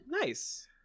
Nice